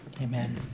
Amen